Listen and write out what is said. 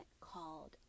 called